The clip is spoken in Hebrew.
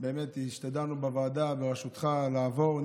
באמת השתדלנו בוועדה בראשותך שיעבור.